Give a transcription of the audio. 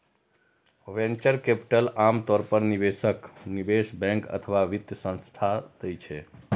venture capital आम तौर पर निवेशक, निवेश बैंक अथवा वित्त संस्थान दै छै